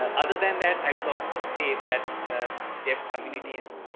ah other than that i would also say that ah deaf communities,